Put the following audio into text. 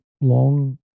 long